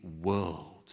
world